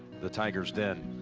the tiger's den.